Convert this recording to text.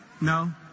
No